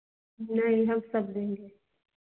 नहीं हम सब देंगे